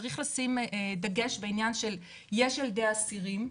צריך לשים דגש בעניין של יש ילדי אסירים,